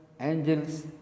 angels